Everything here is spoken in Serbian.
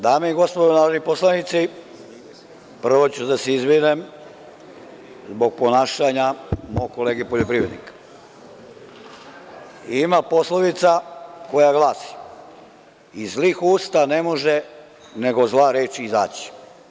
Dame i gospodo narodni poslanici, prvo ću da se izvinem zbog ponašanja mog poljoprivrednika i ima poslovica koja glasi – Iz zlih usta ne može nego zla reč izaći.